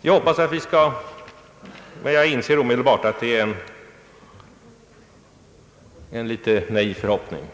Jag hoppas — jag inser omedelbart att det är en litet naiv förhoppning